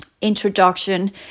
introduction